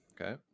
Okay